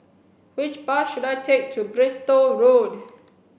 which bus should I take to Bristol Road